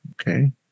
Okay